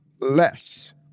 less